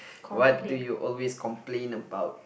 what do you always complain about